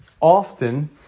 often